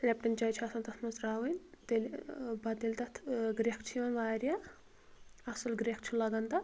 Lipton چاے چھِ آسان تتھ منٛز ترٛاوٕنۍ تیٚلہِ ٲں پتہٕ ییٚلہِ تتھ ٲں گرٛیٚکھ چھِ یِوان وارِیاہ اصٕل گرٛیٚکھ چھِ لگان تتھ